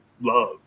love